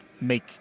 make